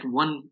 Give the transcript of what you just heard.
one